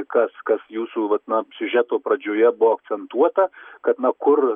kas kas jūsų vat na siužeto pradžioje buvo akcentuota kad na kur